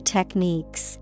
Techniques